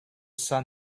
sun